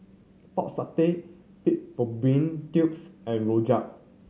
Pork Satay pig fallopian tubes and rojak